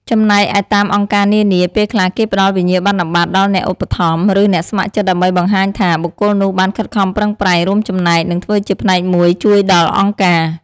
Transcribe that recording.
ចំណែកឯតាមអង្គការនានា ពេលខ្លះគេផ្ដល់វិញ្ញាបនបត្រដល់អ្នកឧបត្ថម្ភ ឬ អ្នកស្ម័គ្រចិត្តដើម្បីបង្ហាញថា បុគ្គលនោះបានខិតខំប្រឹងប្រែងរួមចំណែក និងធ្វើជាផ្នែកមួយជួយដល់អង្គការ។